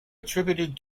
attributed